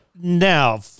Now